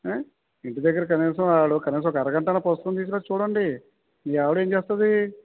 ఏ ఇంటి దగ్గర కనీసం వాడు కనీసం ఒక అరగంట అలా పుస్తకం తీసేటట్టు చూడండి మీ ఆవిడ ఏమి చేస్తుంది